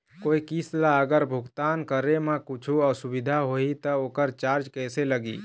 कोई किस्त ला अगर भुगतान करे म कुछू असुविधा होही त ओकर चार्ज कैसे लगी?